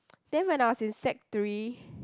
then when I was in sec three